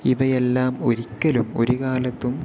ഇവയെല്ലാം ഒരിക്കലും ഒരു കാലത്തും